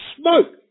Smoke